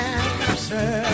answer